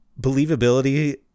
believability